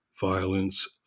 violence